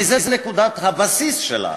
כי זו נקודת הבסיס שלה.